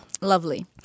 Lovely